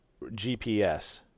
GPS